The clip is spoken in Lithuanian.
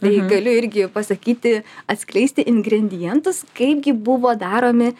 tai galiu irgi pasakyti atskleisti ingredientus kaip gi buvo daromi